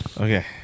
Okay